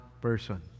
person